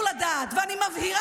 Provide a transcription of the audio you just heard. אדוני,